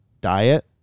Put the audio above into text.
diet